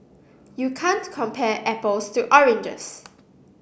you can't compare apples to oranges